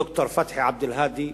ד"ר פתחי עבד-אלהאדי,